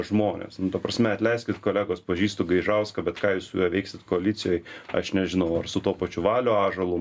žmonės nu ta prasme atleiskit kolegos pažįstu gaižauską bet ką jūs su juo veiksit koalicijoj aš nežinau ar su tuo pačiu valiu ąžuolum